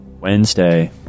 Wednesday